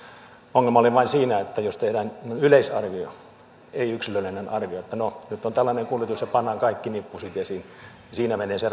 ongelma oli vain siinä että jos tehdään yleisarvio ei yksilöllistä arviota että no nyt on tällainen kuljetus ja pannaan kaikki nippusiteisiin niin siinä menee se